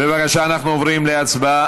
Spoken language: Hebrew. בבקשה, אנחנו עוברים להצבעה.